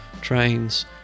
trains